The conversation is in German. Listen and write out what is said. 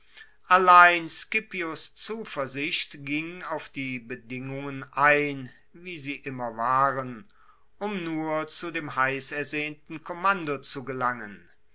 allein scipios zuversicht ging auf die bedingungen ein wie sie immer waren um nur zu dem heissersehnten kommando zu gelangen